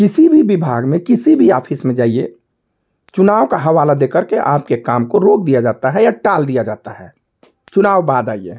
किसी भी विभाग में किसी भी आफिस में जाइए चुनाव का हवाला देकर के आपके काम को रोक दिया जाता है या टाल दिया जाता है चुनाव बाद आइए